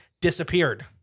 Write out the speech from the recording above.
disappeared